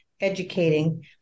educating